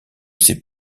ses